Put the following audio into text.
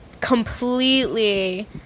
completely